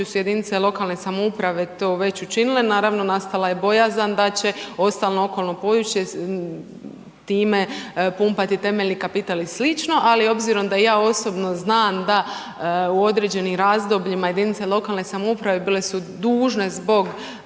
su jedinice lokalne samouprave to već učinile, naravno, nastala je bojazan da će ostalo okolno područje time pumpati temeljni kapital i sl., ali obzirom da ja osobno znam da u određenim razdobljima jedinice lokalne samouprave bile su dužne zbog